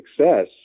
success